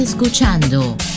Escuchando